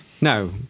No